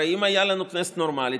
הרי אם הייתה לנו כנסת נורמלית,